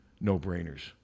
no-brainers